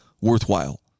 worthwhile